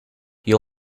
you